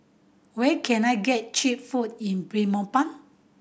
where can I get cheap food in Belmopan